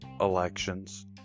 elections